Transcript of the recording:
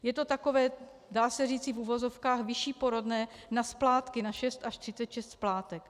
Je to takové dá se říci v uvozovkách vyšší porodné na splátky na 6 až 36 splátek.